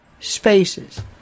spaces